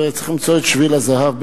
וצריך למצוא את שביל הזהב.